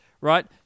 right